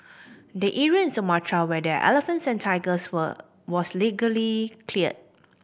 the area in Sumatra where the elephants and tigers were was illegally cleared